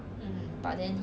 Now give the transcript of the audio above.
higher pay